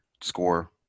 score